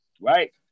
right